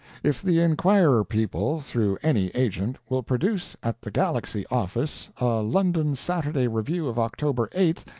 if the enquirer people through any agent, will produce at the galaxy office a london saturday review of october eighth,